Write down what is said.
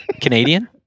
Canadian